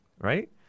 right